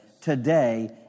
today